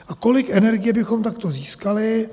A kolik energie bychom takto získali?